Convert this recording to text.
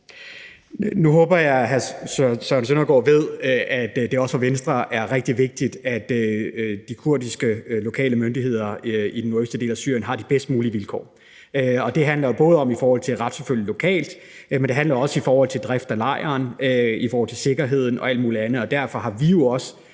Nu håber jeg, at hr. Søren Søndergaard ved, at det også for Venstre er rigtig vigtigt, at de lokale kurdiske myndigheder i den nordøstlige del af Syrien har de bedst mulige vilkår, og det handler både om at kunne retsforfølge lokalt, men det handler også om drift af lejren, om sikkerheden og alt muligt andet. Derfor har vi jo også,